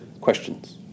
questions